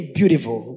beautiful